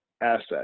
asset